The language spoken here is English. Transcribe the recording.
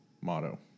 motto